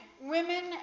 women